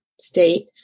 state